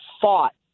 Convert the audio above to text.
fought